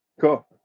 Cool